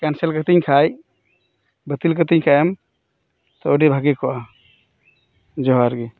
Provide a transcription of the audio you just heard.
cancel ᱠᱟᱛᱤᱧ ᱠᱷᱟᱡ ᱵᱟᱹᱛᱤᱞ ᱠᱟᱛᱤᱧ ᱠᱷᱟᱱ ᱮᱢ ᱛᱚ ᱟᱹᱰᱤ ᱵᱷᱟᱜᱮ ᱠᱚᱜᱼᱟ ᱡᱚᱦᱟᱨ ᱜᱮ